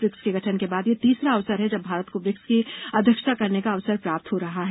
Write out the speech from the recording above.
BRICS के गठन के बाद यह तीसरा अवसर है जब भारत को ब्रिक्स की अध्यक्षता करने का अवसर प्राप्त हो रहा है